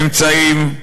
אמצעים,